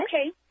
Okay